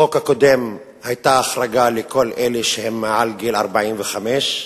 בחוק הקודם היתה החרגה לכל אלה שהם מעל גיל 45,